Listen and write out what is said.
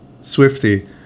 Swifty